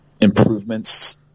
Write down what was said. improvements